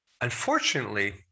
unfortunately